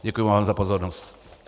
Děkuji vám za pozornost.